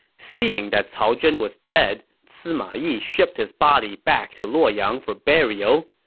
seeing that cao zhen was dead, sima yi shipped his body back to luoyang for burial.